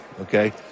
okay